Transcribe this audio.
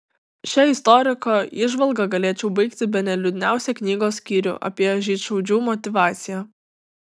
šia istoriko įžvalga galėčiau baigti bene liūdniausią knygos skyrių apie žydšaudžių motyvaciją